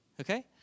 Okay